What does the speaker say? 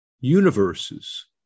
universes